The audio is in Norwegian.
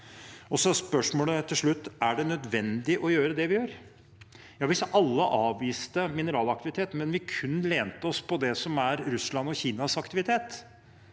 Og så er spørsmålet til slutt: Er det nødvendig å gjøre det vi gjør? Ja, for hvis alle avviste mineralaktivitet, og vi kun lente oss på det som er Russlands og Kinas aktivitet,